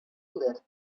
light